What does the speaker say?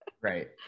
right